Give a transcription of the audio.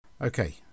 Okay